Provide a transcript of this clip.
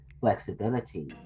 flexibility